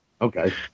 Okay